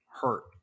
hurt